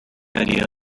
idea